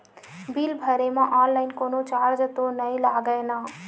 Bill भरे मा online कोनो चार्ज तो नई लागे ना?